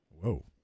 Whoa